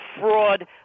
fraud